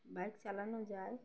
bike চালানো যায়